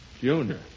Junior